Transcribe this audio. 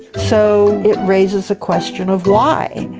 so, it raises a question of why.